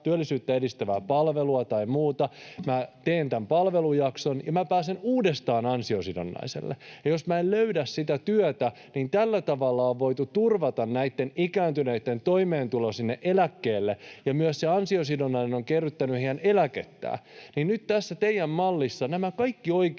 työllisyyttä edistävää palvelua tai muuta. Minä teen tämän palvelujakson, ja minä pääsen uudestaan ansiosidonnaiselle. Jos ei löydä sitä työtä, niin tällä tavalla on voitu turvata näitten ikääntyneitten toimeentulo sinne eläkkeelle ja myös se ansiosidonnainen on kerryttänyt heidän eläkettään. Nyt tässä teidän mallissanne nämä kaikki oikeudet